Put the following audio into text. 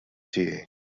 tiegħi